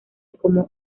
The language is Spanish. como